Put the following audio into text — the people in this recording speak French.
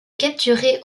capturer